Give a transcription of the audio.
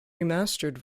remastered